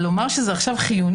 אבל לומר שזה חיוני?